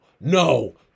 No